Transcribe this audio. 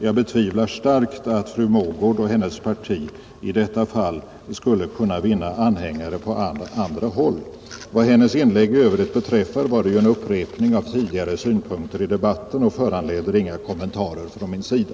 Jag betvivlar starkt att fru Mogård och hennes parti i detta fall skulle kunna vinna anhängare på annat håll. Vad hennes inlägg i övrigt beträffar var det ju en upprepning av tidigare synpunkter i debatten och föranleder ingen kommentar från min sida.